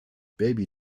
baby